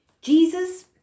Jesus